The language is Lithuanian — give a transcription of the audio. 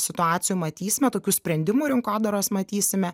situacijų matysime tokių sprendimų rinkodaros matysime